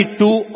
two